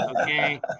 okay